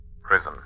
prison